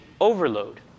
overload